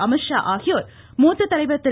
அமித்ஷா ஆகியோர் மூத்த தலைவர் திரு